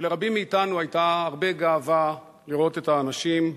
ולרבים מאתנו היתה גאווה רבה לראות את האנשים,